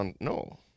No